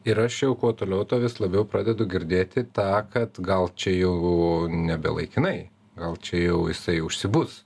ir aš jau kuo toliau tuo vis labiau pradedu girdėti tą kad gal čia jau nebe laikinai gal čia jau jisai užsibus